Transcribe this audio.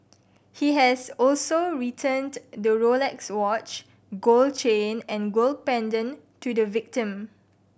he has also returned the Rolex watch gold chain and gold pendant to the victim